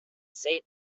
saint